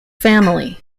family